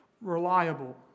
reliable